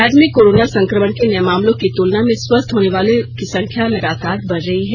राज्य में कोरोना संक्रमण के नए मामलों की तुलना में स्वस्थ होने वालों की संख्या लगातार बढ़ रही है